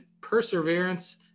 perseverance